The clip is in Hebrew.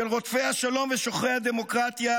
של רודפי השלום ושוחרי הדמוקרטיה,